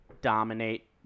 dominate